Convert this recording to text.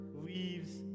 leaves